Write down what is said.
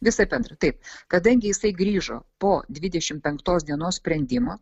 vis apie antrą taip kadangi jisai grįžo po dvidešim penktos dienos sprendimo